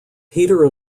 peter